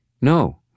No